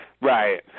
Right